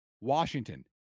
Washington